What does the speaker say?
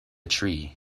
tree